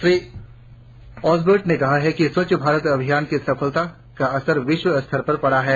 Shri Osbert ने कहा कि स्वच्छ भारत अभियान की सफलता का असर विश्व स्तर पर पड़ा है